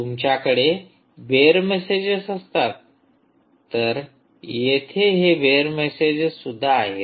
तुमच्याकडे bare messages असतात तर येथे हे बेअर मेसेजेस सुद्धा आहेत